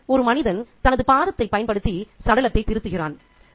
இங்கே ஒரு மனிதன் தனது பாதத்தைப் பயன்படுத்தி சடலத்தைத் திருப்புகிறான்